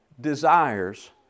desires